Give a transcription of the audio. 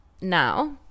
Now